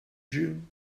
june